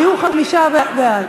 היו חמישה בעד.